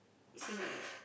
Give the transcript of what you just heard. Singlish